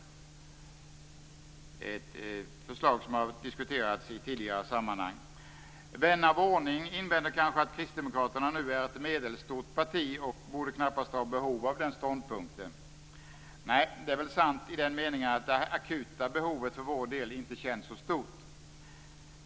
Det är ett förslag som har diskuterats i tidigare sammanhang. Vän av ordning invänder kanske att Kristdemokraterna nu är ett medelstort parti och knappast borde ha behov av den ståndpunkten. Nej, det är väl sant i den meningen att det akuta behovet för vår del inte känns så stort.